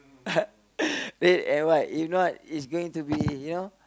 red and white if not it's going to be you know